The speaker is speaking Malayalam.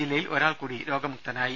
ജില്ലയിൽ ഒരാൾ കൂടി രോഗമുക്തനായി